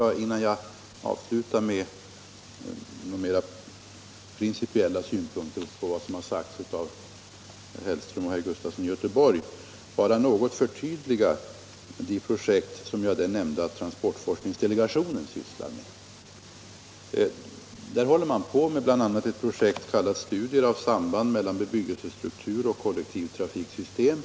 Innan jag avslutar med några mer principiella synpunkter på det som sagts av herr Hellström och herr Gustafson skall jag säga några ord ytterligare om dessa projekt. Man håller alltså inom transportforskningsdelagationen bl.a. på med ett projekt som kallats Studier av samband mellan bebyggelsestruktur och kollektivtrafiksystem.